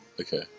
okay